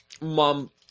Mom